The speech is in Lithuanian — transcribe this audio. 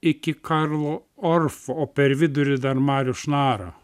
iki karlo orfo o per vidurį dar marių šnarą